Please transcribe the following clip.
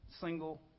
single